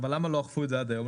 אבל למה לא אכפו את זה עד היום?